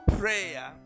prayer